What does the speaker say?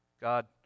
God